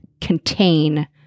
contain